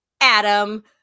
Adam